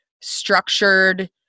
structured